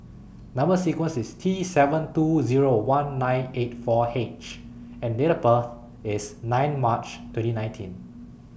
Number sequence IS T seven two Zero one nine eight four H and Date of birth IS nine March twenty nineteen